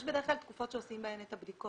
יש בדרך כלל תקופות שעושים בהן את הבדיקות.